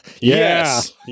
Yes